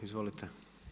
Izvolite.